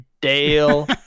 Dale